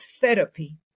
therapy